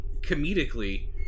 comedically